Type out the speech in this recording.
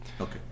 Okay